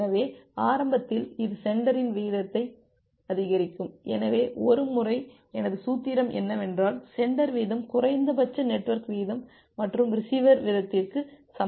எனவே ஆரம்பத்தில் இது சென்டரின் வீதத்தை அதிகரிக்கும் எனவே ஒரு முறை எனது சூத்திரம் என்னவென்றால் சென்டர் வீதம் குறைந்தபட்ச நெட்வொர்க் வீதம் மற்றும் ரிசீவர் வீதத்திற்கு சமம்